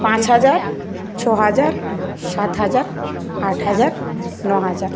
পাঁচ হাজার ছ হাজার সাত হাজার আট হাজার ন হাজার